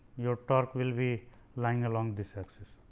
your torque will be lying along this axis